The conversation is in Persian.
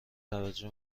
توجه